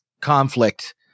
conflict